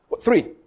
Three